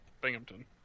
Binghamton